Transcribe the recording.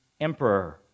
emperor